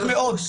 פשוט מאוד.